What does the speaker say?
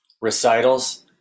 recitals